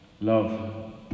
Love